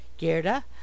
Gerda